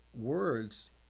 words